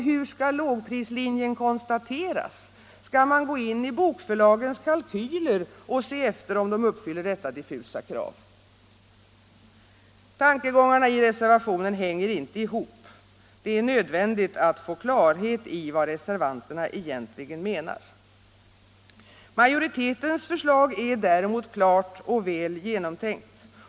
Hur skall lågprislinjen konstateras? Skall man gå in i bokförlagens kalkyler och se efter om de uppfyller detta diffusa krav? Tankegångarna i reservationen hänger inte ihop. Det är nödvändigt att få klarhet i vad reservanterna egentligen menar. Majoritetens förslag är däremot klart och väl genomtänkt.